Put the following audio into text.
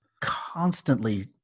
Constantly